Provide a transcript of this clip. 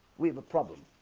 we have a problem